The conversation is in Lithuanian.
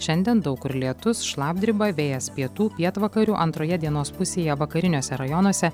šiandien daug kur lietus šlapdriba vėjas pietų pietvakarių antroje dienos pusėje vakariniuose rajonuose